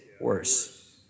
worse